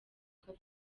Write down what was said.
kuko